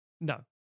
No